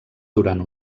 durant